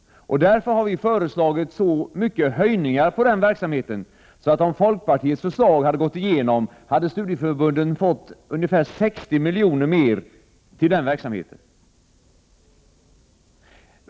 Därför har vi föreslagit så många höjningar i denna verksamhet att om vårt förslag hade gått igenom, skulle studieförbunden ha fått ungefär 60 milj.kr. mer till denna verksamhet.